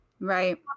Right